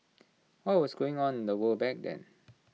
what was going on in the world back then